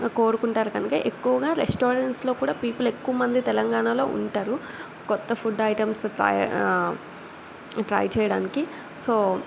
కోరుకుంటారు కనుక ఎక్కువగా రెస్టారెంట్స్లో కూడా పీపుల్ ఎక్కువ మంది తెలంగాణలో ఉంటారు కొత్త ఫుడ్ ఐటమ్స్ ట్రై ట్రై చేయడానికి సో